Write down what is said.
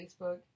Facebook